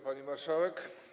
Pani Marszałek!